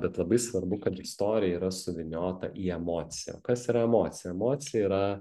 bet labai svarbu kad istorija yra suvyniota į emociją kas yra emocija emocija yra